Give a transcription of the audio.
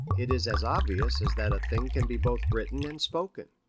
it is as obvious as that a thing can be both written and spoken.